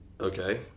okay